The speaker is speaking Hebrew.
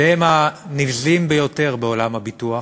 שהם הנבזים ביותר בעולם הביטוח,